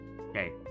Okay